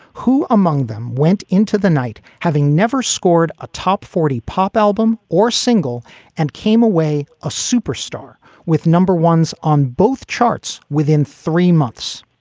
who among them went into the night having never scored a top forty pop album or single and came away a superstar with no ones on both charts? within three months,